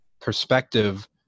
perspective